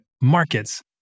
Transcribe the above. markets